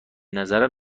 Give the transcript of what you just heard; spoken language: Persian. نظرم